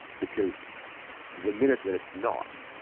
because the minute that it's not,